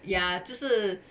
ya 就是